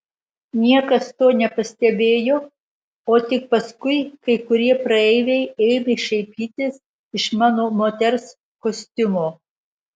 niekas to nepastebėjo o tik paskui kai kurie praeiviai ėmė šaipytis iš mano moters kostiumo